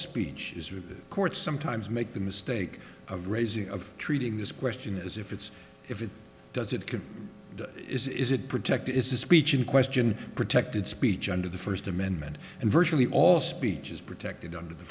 speech is or the court sometimes make the mistake of raising of treating this question is if it's if it does it can is it protected is the speech in question protected speech under the first amendment and virtually all speech is protected under the